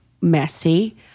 Messy